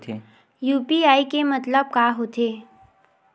UPI के मतलब का होथे?